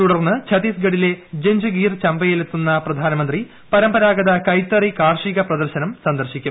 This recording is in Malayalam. തുടർന്ന് ഛത്തീസ്ഗഡിലെ ജഞ്ച്ഗീർ ചമ്പയിലെത്തുന്ന പ്രധാനമന്ത്രി പരമ്പരാഗത കൈത്തറി കാർഷിക പ്രദർശനം സന്ദർശിക്കും